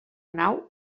nau